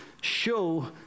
show